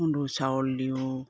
খুন্দো চাউল দিওঁ